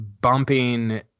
bumping